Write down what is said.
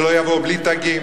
שלא יבואו בלי תגים.